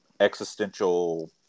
existential